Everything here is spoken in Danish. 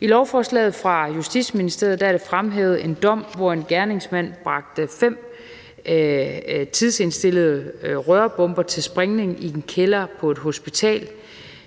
I lovforslaget fra Justitsministeriet er der fremhævet en dom, hvor en gerningsmand bragte fem tidsindstillede rørbomber til sprængning i en kælder på et hospital.